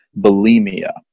bulimia